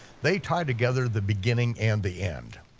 they tie together the beginning and the end.